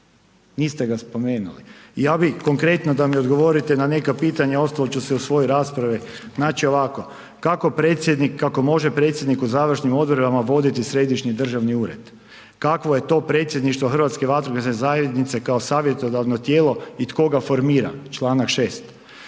Niste ga spomenuli. Ja bi konkretno da mi odgovorite na neka pitanja, ostalo ću se u svojoj raspravi, znači ovako. Kako predsjednik, kako može predsjednik u završnim odredbama voditi središnji državni ured? Kakvo je to predsjedništvo Hrvatske vatrogasne zajednice kao savjetodavno tijelo i tko ga formira, Članak 6.?